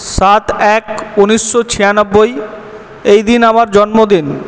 সাত এক উনিশশো ছিয়ানব্বই এই দিন আমার জন্মদিন